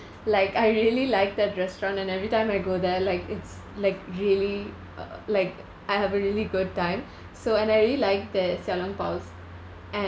like I really liked that restaurant and every time I go there like it's like really uh like I have a really good time so and I really like their 小笼包 's